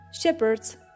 shepherds